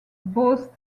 both